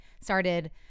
started